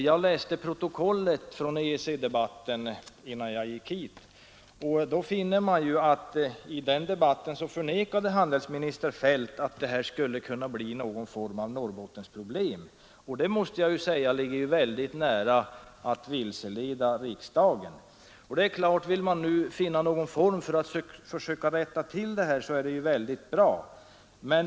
Jag läste protokollet från EEC-debatten innan jag gick hit och fann att i den debatten förnekade handelsminister Feldt att avtalet skulle kunna medföra något slag av Norrbottensproblem. Jag måste ju säga att ett sådant påstående det var att vilseleda riksdagen. Vill man nu finna någon form för att försöka rätta till det här, så är det ju väldigt bra.